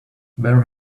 where